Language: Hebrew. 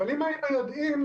אבל אם היינו יודעים,